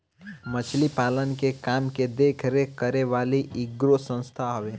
मछरी पालन के काम के देख रेख करे वाली इ एगो संस्था हवे